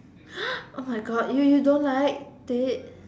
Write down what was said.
oh my god you you don't like